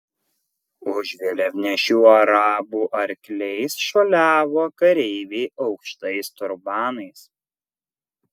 už vėliavnešių arabų arkliais šuoliavo kareiviai aukštais turbanais